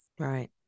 Right